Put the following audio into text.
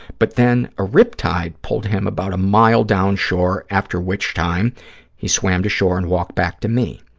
but then, a riptide pulled him about a mile down shore, after which time he swam to shore and walked back to me.